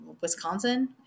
Wisconsin